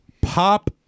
pop